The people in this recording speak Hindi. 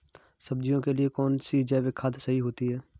सब्जियों के लिए कौन सी जैविक खाद सही होती है?